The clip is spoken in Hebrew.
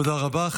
תודה רבה.